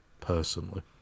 personally